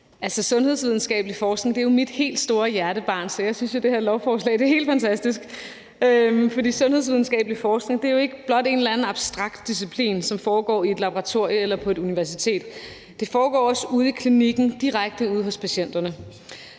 Sundhedsvidenskabelig forskning er mit helt store hjertebarn, så jeg synes jo, at det her lovforslag er helt fantastisk. For sundhedsvidenskabelig forskning er jo ikke blot en eller anden abstrakt disciplin, som foregår i et laboratorie eller på et universitet; den foregår også ude på klinikken, direkte ude hos patienterne.